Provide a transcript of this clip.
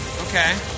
Okay